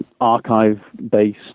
archive-based